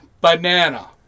Banana